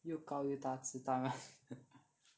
又高又大只当然